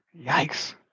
Yikes